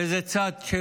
באיזה צד של